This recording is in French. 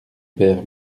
père